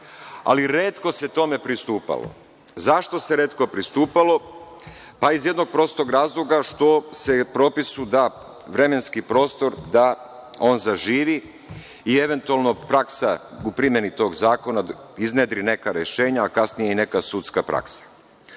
ali retko se tome pristupalo. Zašto se retko pristupalo? Pa iz jednog prostog razloga, što se propisu da vremenski prostor da on zaživi i eventualno praksa u primeni tog zakona iznedri neka rešenja, a kasnije i neka sudska praksa. Kod